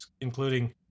including